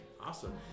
awesome